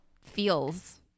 feels